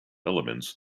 elements